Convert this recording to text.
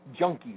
junkies